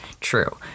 true